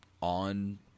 on